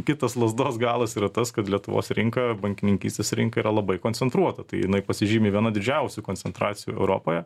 kitas lazdos galas yra tas kad lietuvos rinka bankininkystės rinka yra labai koncentruota tai jinai pasižymi viena didžiausių koncentracijų europoje